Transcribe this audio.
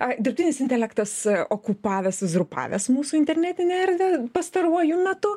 a dirbtinis intelektas okupavęs uzurpavęs mūsų internetinę erdvę pastaruoju metu